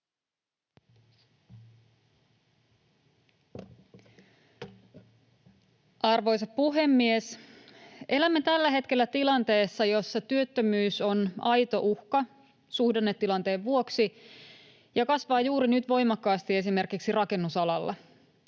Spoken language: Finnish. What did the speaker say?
Arvoisa puhemies! Elämme tällä hetkellä tilanteessa, jossa työttömyys on aito uhka suhdannetilanteen vuoksi ja kasvaa juuri nyt voimakkaasti esimerkiksi rakennusalalla.